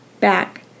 back